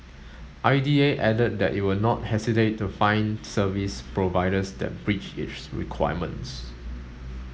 I D A added that it will not hesitate to fine service providers that breach its requirements